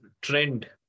trend